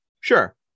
Sure